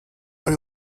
are